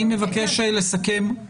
אני מבקש לסכם, אילנה,